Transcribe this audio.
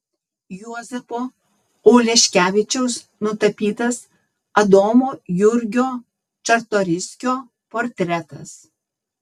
juozapo oleškevičiaus nutapytas adomo jurgio čartoriskio portretas